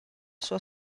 sua